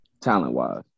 talent-wise